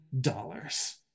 dollars